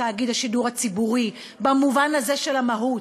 תאגיד השידור הציבורי במובן הזה של המהות,